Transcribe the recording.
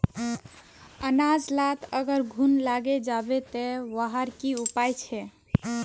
अनाज लात अगर घुन लागे जाबे ते वहार की उपाय छे?